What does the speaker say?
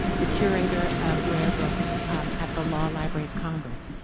the curator of rare books at the law library of congress.